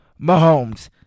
Mahomes